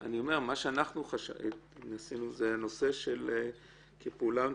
אני מסכימה שלא הבאתם פה שום דבר חדש כמו שאתה,